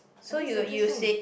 are these interesting